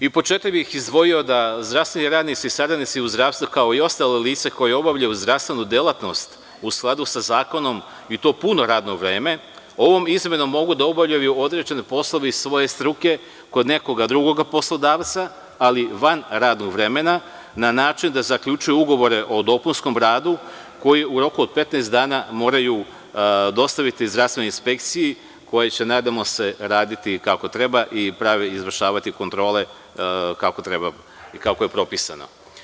Pod četiri bih izdvojio da zdravstveni radnici i saradnici u zdravstvu, kao i ostala lica koja obavljaju zdravstvenu delatnost u skladu sa zakonom, i to puno radno vreme, ovom izmenom mogu da obavljaju određene poslove iz svoje struke kod nekog drugog poslodavca, ali van radnog vremena, na način da zaključuju ugovore o dopunskom radu koji u roku od 15 dana moraju dostaviti zdravstvenoj inspekciji koja će, nadamo se, raditi kako treba i izvršavati kontrole kako treba i kako je propisano.